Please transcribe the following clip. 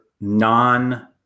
non